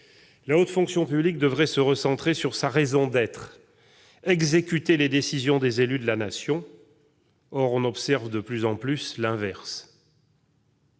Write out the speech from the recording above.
La haute fonction publique devrait se recentrer sur sa raison d'être : exécuter les décisions des élus de la Nation. Or on observe de plus en plus l'inverse